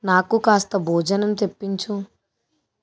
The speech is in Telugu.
నాకు కాస్త భోజనం తెప్పించు